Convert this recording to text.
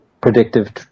predictive